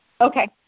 Okay